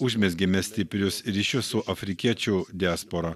užmezgėme stiprius ryšius su afrikiečių diaspora